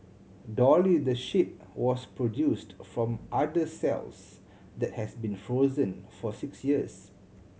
dolly the sheep was produced from udder cells that has been frozen for six years